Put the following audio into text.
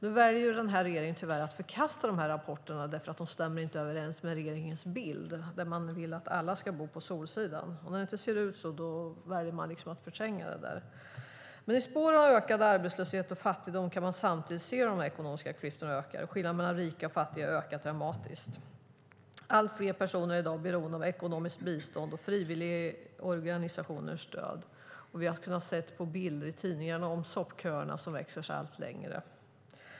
Nu väljer den här regeringen tyvärr att förkasta de här rapporterna därför att de inte stämmer överens med regeringens bild, där man vill att alla ska bo på solsidan. När det inte ser ut så väljer man att förtränga det. I spåren av ökad arbetslöshet och fattigdom kan man se de ekonomiska klyftorna öka. Skillnaden mellan rika och fattiga har ökat dramatiskt. Allt fler personer är i dag beroende av ekonomiskt bistånd och frivilligorganisationers stöd. Vi har kunnat se bilder i tidningarna på soppköerna som växer sig allt längre.